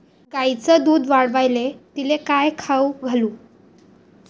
गायीचं दुध वाढवायले तिले काय खाऊ घालू?